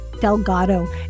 delgado